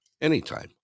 Anytime